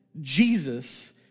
Jesus